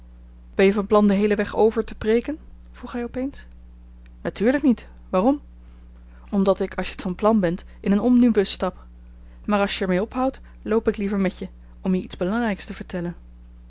ben je van plan den heelen weg over te preeken vroeg hij opeens natuurlijk niet waarom omdat ik als je t van plan bent in een omnibus stap maar als j'er mee ophoudt loop ik liever met je om je iets belangrijks te vertellen